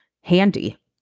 handy